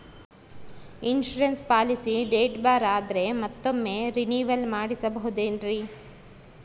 Insurance policy date ಬಾರ್ ಆದರೆ ಮತ್ತೊಮ್ಮೆ ರಿನಿವಲ್ ಮಾಡಿಸಬಹುದೇ ಏನ್ರಿ?